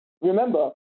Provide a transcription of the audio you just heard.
Remember